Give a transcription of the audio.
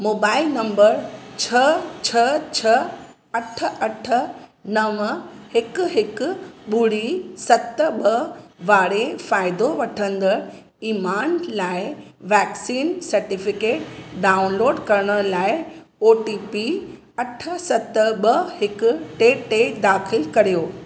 mobile number छह छ्ह छ्ह अठ अठ नव हिकु हिकु ॿुड़ी सत ॿ वारे फ़ाइदो वठंदड़ ईमान लाइ वैक्सीन सर्टिफिकेट डाउनलोड करण लाइ ओ टी पी अठ सत ॿ हिकु टे टे दाख़िल करियो